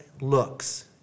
looks